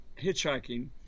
hitchhiking